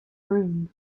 room